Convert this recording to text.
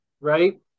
right